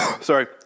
Sorry